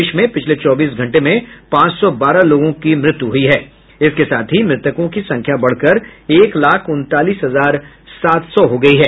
देश में पिछले चौबीस घंटे में पांच सौ बारह लोगों की मौत के साथ ही मृतकों की संख्या बढ़कर एक लाख उनतालीस हजार सात सौ हो गई है